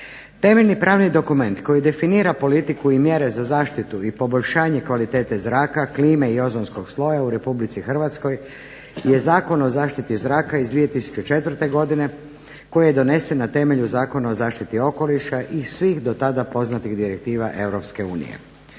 Temeljni pravni dokument koji definira politiku i mjere za zaštitu i poboljšanje kvalitete zraka klime i ozonskog sloja u Republici Hrvatskoj je Zakon o zaštiti zraka iz 2004. godine koji je donesen na temelju Zakona o zaštiti okoliša i svih do tada poznatih direktiva